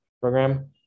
program